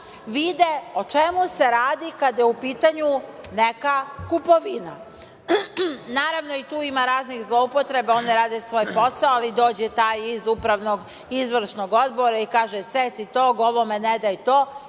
vide o čemu se radi kada je upitanju neka kupovina. Naravno i tu ima raznih zloupotreba, one rade svoj posao, ali dođe taj iz upravnog izvršnog odbora i kaže – seci tog, ovome ne daj to